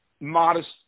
modest